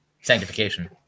sanctification